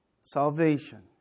Salvation